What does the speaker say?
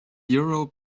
euro